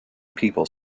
people